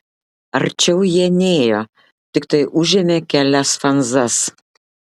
arčiau jie nėjo tiktai užėmė kelias fanzas